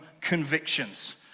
convictions